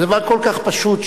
זה דבר כל כך פשוט,